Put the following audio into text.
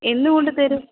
എന്ന് കൊണ്ടുത്തരും